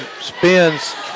spins